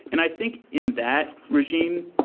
and i think in that regime,